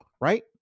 right